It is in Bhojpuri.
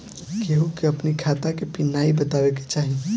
केहू के अपनी खाता के पिन नाइ बतावे के चाही